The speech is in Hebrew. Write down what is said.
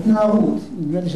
זאת התנערות.